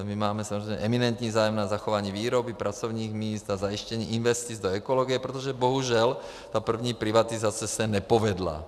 My máme samozřejmě eminentní zájem na zachování výroby, pracovních míst a zajištění investic do ekologie, protože bohužel ta první privatizace se nepovedla.